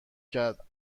کرد